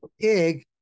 pig